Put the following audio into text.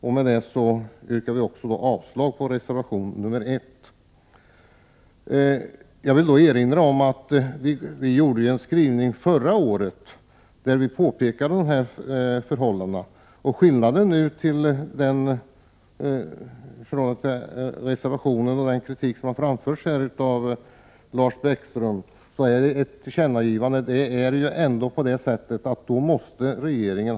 Jag yrkar avslag på reservation 1. Jag vill erinra om att i en skrivning från förra året påpekade vi dessa förhållanden. Skillnaden mellan ett tillkännagivande och den reservation och kritik som Lars Bäckström har framfört är, att regeringen måste handla vid ett tillkännagivande.